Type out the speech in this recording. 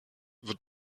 wird